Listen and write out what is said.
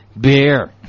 Beer